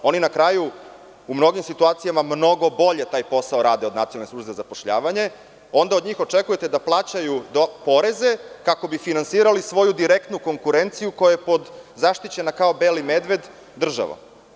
Oni na kraju u mnogim situacijama mnogo bolje taj posao rade od Nacionalne službe za zapošljavanje, onda od njih očekujete da plaćaju poreze kako bi finansirali svoju direktnu konkurenciju koja je zaštićena kao beli medved, država.